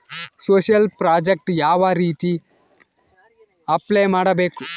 Social project ಯಾವ ರೇತಿ apply ಮಾಡಬೇಕು?